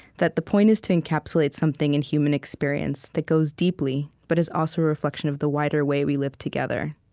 that the point is to encapsulate something in human experience that goes deeply but is also a reflection of the wider way we live together